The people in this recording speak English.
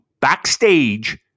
backstage